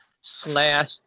slash